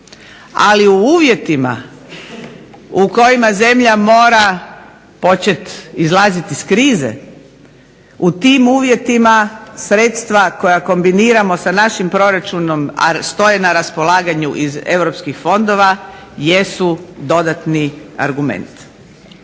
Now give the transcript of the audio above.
Ali u uvjetima u kojima zemlja mora početi izlaziti iz krize u tim uvjetima sredstva koja kombiniramo sa našim proračunom, a stoje na raspolaganju iz europskih fondova, jesu dodatni argument.